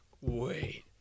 wait